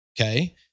Okay